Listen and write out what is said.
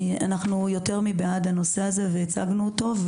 אנחנו יותר מאשר בעד הנושא הזה והצגנו אותו.